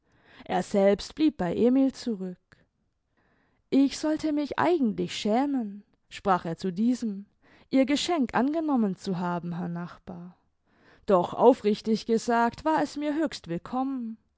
er selbst blieb bei emil zurück ich sollte mich eigentlich schämen sprach er zu diesem ihr geschenk angenommen zu haben herr nachbar doch aufrichtig gesagt war es mir höchst willkommen